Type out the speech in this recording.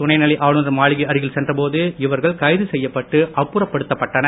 துணைநிலை ஆளுநர் மாளிகை அருகில் சென்ற போது இவர்கள் கைது செய்யப்பட்டு அப்புறப்படுத்தப்பட்டனர்